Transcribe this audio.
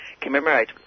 commemorate